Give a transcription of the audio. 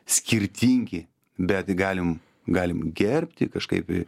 skirtingi bet galim galim gerbti kažkaip